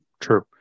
True